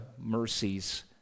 mercies